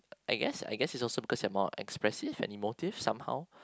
I guess I guess is because is also because they are also more expressive and emotive some how